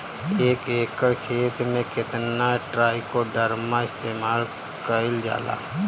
एक एकड़ खेत में कितना ट्राइकोडर्मा इस्तेमाल कईल जाला?